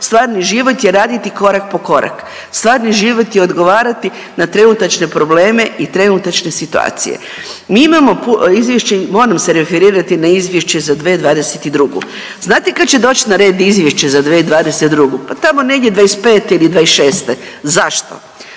Stvarni život je raditi korak po korak, stvarni život je odgovarati na trenutačne probleme i trenutačne situacije. Mi imamo izvješće, moram se referirati na izvješće za 2022., znate kad će doć izvješće za 2022.? pa tamo negdje '25. ili '26.. Zašto?